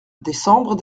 décembre